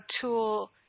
tool